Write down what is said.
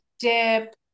dip